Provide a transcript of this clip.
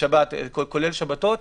בשבת כולל שבתות.